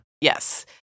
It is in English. Yes